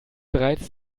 bereits